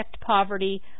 poverty